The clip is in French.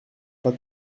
pas